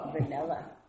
Vanilla